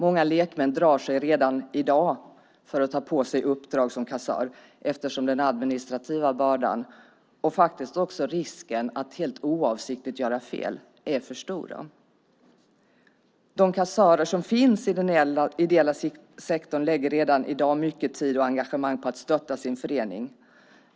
Många lekmän drar sig redan i dag för att ta på sig uppdrag som kassör, eftersom den administrativa bördan och faktiskt också risken att helt oavsiktligt göra fel är för stor. De kassörer som finns i den ideella sektorn lägger redan i dag mycket tid och engagemang på att stötta sin förening.